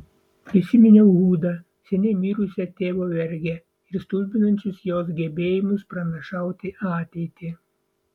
prisiminiau hudą seniai mirusią tėvo vergę ir stulbinančius jos gebėjimus pranašauti ateitį